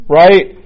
right